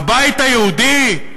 הבית היהודי,